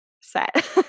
set